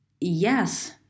yes